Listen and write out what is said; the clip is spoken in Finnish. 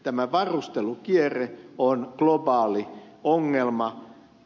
tämä varustelukierre on globaali ongelma